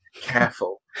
careful